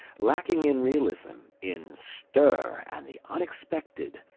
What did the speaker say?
lacking in realism, in stir and the unexpected,